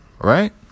Right